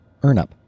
EarnUp